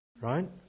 right